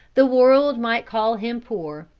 the world might call him poor,